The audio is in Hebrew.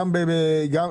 בכל מקום,